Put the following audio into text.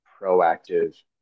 proactive